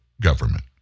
government